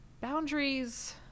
Boundaries